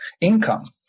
income